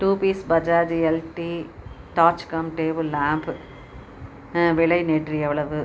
two piece Bajaj LED torch cum table lamp விலை நேற்று எவ்வளவு